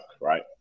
right